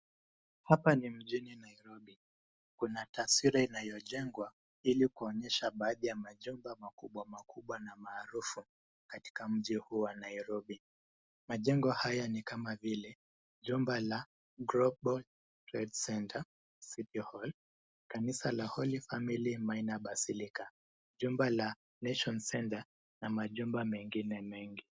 Hapa ni mjini Nairobi, kuna taswira inayojengwa ili kuonyesha baadhi ya majumba makubwa makubwa na maarufu katika mji huu wa Nairobi. Majengo hayo ni kama vile jumba la Global Trade Center, City Hall, kanisa la Holy Family Minor Basilica, jumba la Nation Center na majumba mengine mengi.